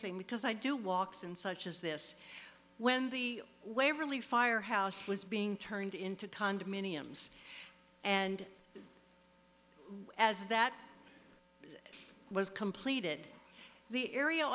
thing because i do walks and such as this when the waverly fire house was being turned into condominiums and as that was completed the area